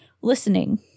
listening